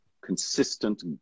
consistent